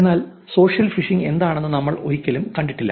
എന്നാൽ social phishing എന്താണെന്ന് നമ്മൾ ഒരിക്കലും കണ്ടിട്ടില്ല